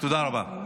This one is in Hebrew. תודה רבה.